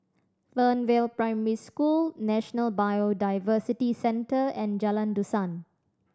Fernvale Primary School National Biodiversity Centre and Jalan Dusan